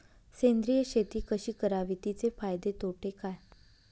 सेंद्रिय शेती कशी करावी? तिचे फायदे तोटे काय?